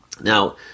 Now